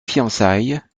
fiançailles